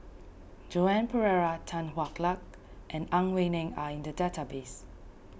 Joan Pereira Tan Hwa Luck and Ang Wei Neng are in the database